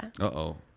Uh-oh